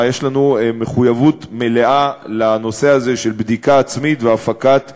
יש לנו מחויבות מלאה לנושא הזה של בדיקה עצמית והפקת לקחים,